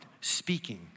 speaking